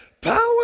power